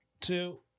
two